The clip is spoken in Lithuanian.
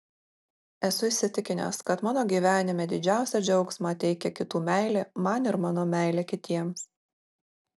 esu įsitikinęs kad mano gyvenime didžiausią džiaugsmą teikia kitų meilė man ir mano meilė kitiems